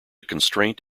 constraint